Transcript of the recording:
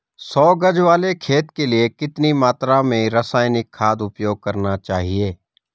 सौ गज वाले खेत के लिए कितनी मात्रा में रासायनिक खाद उपयोग करना चाहिए?